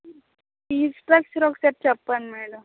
fees structure ఒకసారి చెప్పండి madam